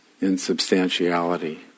insubstantiality